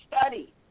study